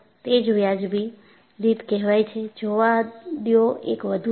તે જ વ્યાજબી રીત કહેવાય છે જોવા દયો એક વધુ છે